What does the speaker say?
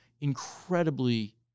incredibly